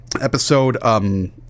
episode